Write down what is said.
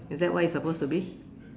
is that what it's supposed to be